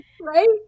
right